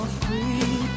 free